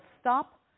Stop